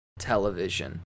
television